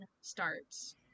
starts